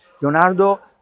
Leonardo